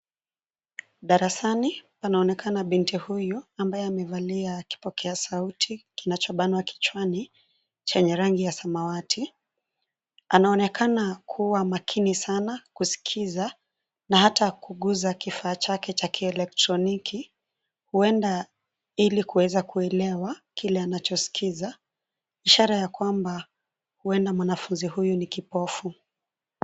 Darasani panaonekana binti huyu ambaye amevalia kipokea sauti kinachobanwa kichwani chenye rangi ya samawati. Anaonekana kuwa makini sana kuskiza, na hata kuguza kifaa chake cha kielektroniki, huenda ili kuweza kuelewa kile anachoskiza. Ishara ya kwamba huenda mwanafunzi huyu ni kipofu.